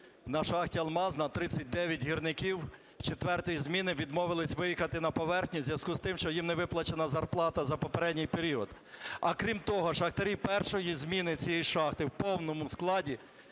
на шахті "Алмазна" 39 гірників четвертої зміни відмовилися виїхати на поверхню у зв'язку з тим, що їм не виплачена зарплата за попередній період. А крім того, шахтарі першої зміни цієї шахти в повному складі